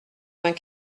vingt